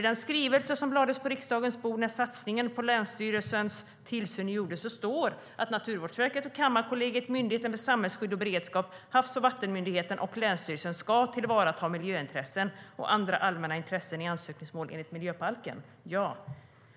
I den skrivelse som lades på riksdagens bord när satsningen på länsstyrelsernas tillsyn gjordes står att Naturvårdsverket, Kammarkollegiet, Myndigheten för samhällsskydd och beredskap, Havs och vattenmyndigheten och länsstyrelsen ska tillvarata miljöintressen och andra allmänna intressen i ansökningsmål enligt miljöbalken.